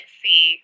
see